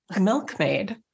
Milkmaid